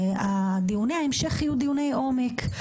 דיוני ההמשך יהיו דיוני עומק,